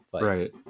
right